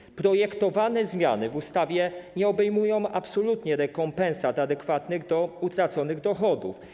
Zmiany projektowane w ustawie nie obejmują absolutnie rekompensat adekwatnych do utraconych dochodów.